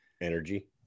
Energy